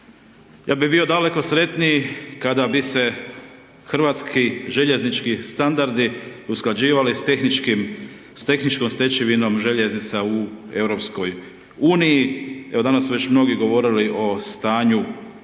Ja bi bio daleko sretniji kada bi se hrvatski željeznički standardi usklađivali s tehničkom stečevinom željeznica u EU, evo danas su već mnogi govorili o stanju